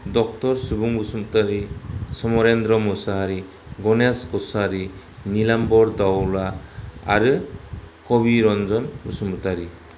doctor Subung Basumatary Samarendra Mushahary Ganesh Kachari Nilambar Dawla आरो कबिरन्जन बसुमतारी